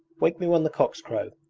wake me when the cocks crow.